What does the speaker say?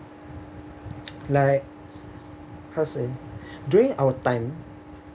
like how to say during our time